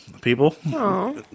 people